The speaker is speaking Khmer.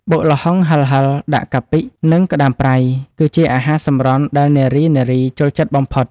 បុកល្ហុងហិរៗដាក់កាពិ និងក្តាមប្រៃ គឺជាអាហារសម្រន់ដែលនារីៗចូលចិត្តបំផុត។